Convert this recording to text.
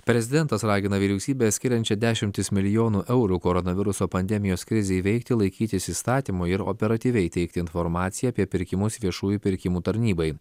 prezidentas ragina vyriausybę skiriančią dešimtis milijonų eurų koronaviruso pandemijos krizei įveikti laikytis įstatymo ir operatyviai teikti informaciją apie pirkimus viešųjų pirkimų tarnybai